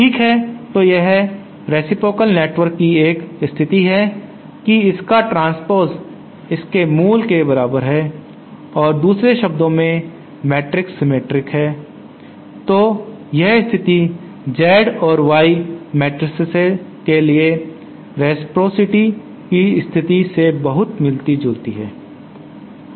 ठीक है तो यह रेसिप्रोकाल नेटवर्क के लिए एक स्थिति है कि इसका ट्रांस्पोस इसके मूल के बराबर है और दूसरे शब्दों में मैट्रिक्स सिमेट्रिक है तो यह स्थिति Z और Y मैट्रिसेस के लिए रेसप्रॉसिटी की स्थिति से बहुत मिलती जुलती है